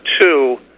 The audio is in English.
two